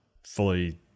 fully